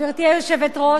גברתי היושבת-ראש,